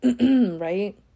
right